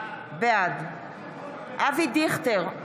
בעד אבי דיכטר,